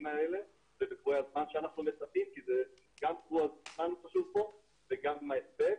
האלה ובטווחי הזמן שאנחנו מצפים כי גם הזמן חשוב פה וגם ההספק.